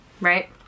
right